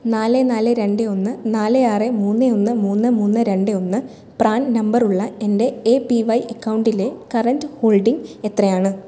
നാല് നാല് രണ്ട് ഒന്ന് നാല് ആറ് മൂന്ന് ഒന്ന് മൂന്ന് മുന്ന് രണ്ട് ഒന്ന് പ്രാൺ നമ്പറുള്ള എൻ്റെ എ പി വൈ അക്കൗണ്ടിലെ കറൻറ്റ് ഹോൾഡിംഗ് എത്രയാണ്